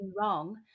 wrong